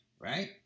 Right